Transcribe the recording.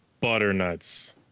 butternuts